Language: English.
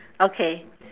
okay